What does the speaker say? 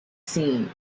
seen